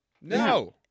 No